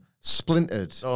splintered